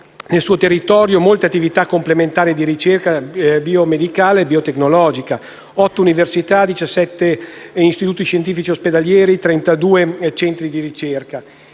nel suo territorio molte attività complementari di ricerca biomedicale e biotecnologica, con 8 università, 17 istituti scientifico-ospedalieri e 32 centri di ricerca.